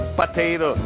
potato